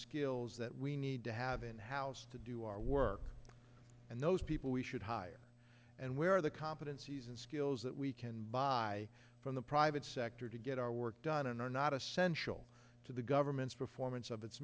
skills that we need to have in house to do our work and those people we should hire and where are the competencies and skills that we can buy from the private sector to get our work done and are not essential to the government's performance of it